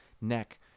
neck